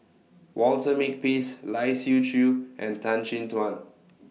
Walter Makepeace Lai Siu Chiu and Tan Chin Tuan